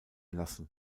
lassen